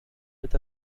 with